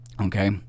okay